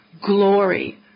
glory